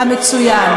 המצוין.